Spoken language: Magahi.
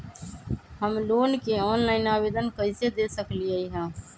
हम लोन के ऑनलाइन आवेदन कईसे दे सकलई ह?